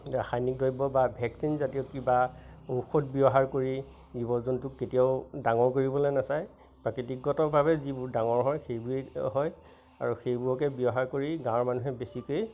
ৰাসায়নিক দ্ৰব্য বা ভেকচিন জাতীয় কিবা ঔষধ ব্যৱহাৰ কৰি জীৱ জন্তুক কেতিয়াও ডাঙৰ কৰিবলে নাচায় প্ৰাকৃতিকগতভাৱে যিবোৰ ডাঙৰ হয় সেইবোৰে হয় আৰু সেইবোৰকে ব্যৱহাৰ কৰি গাঁৱৰ মানুহে বেছিকৈ